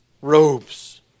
robes